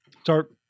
start